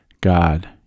God